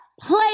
play